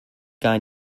gar